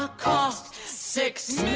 ah cost six